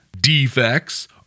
defects